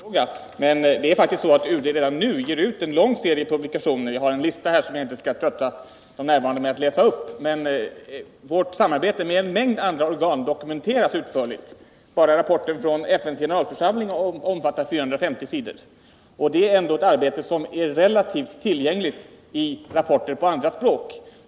Herr talman! Jag är helt på det klara med att detta är en resursfråga. Men det är faktiskt så att UD redan nu ger ut en lång serie publikationer. Jag har en lista här, som jag inte skall trötta de närvarande med att läsa upp, men att Sverige samarbetar med en mängd andra organ dokumenteras utförligt. Bara rapporten om FN:s generalförsamling omfattar 450 sidor, och det är ändå ett arbete som är tillgängligt i rapporter på andra språk.